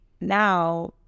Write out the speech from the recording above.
now